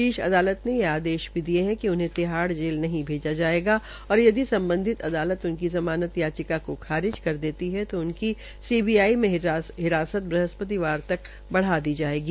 शीर्ष अदालत ने ये आदेश भी किये कि उन्हें तिहाड़ जेल नहीं भेजा जायेगा और यदि सम्बधित अदालत उनकी जमानत याचिका को खारिज कर देती है तो उन्हें सीबीआई में हिरासत ब्रहस्पतिवार तक बढ़ा दी जायेगी